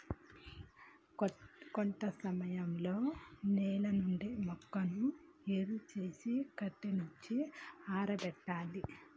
కొంత సమయంలో నేల నుండి మొక్కను ఏరు సేసి కట్టనిచ్చి ఆరబెట్టాలి